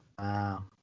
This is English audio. Wow